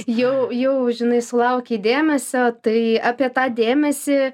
jau jau žinai sulaukei dėmesio tai apie tą dėmesį